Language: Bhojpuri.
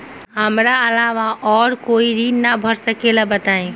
हमरा अलावा और कोई ऋण ना भर सकेला बताई?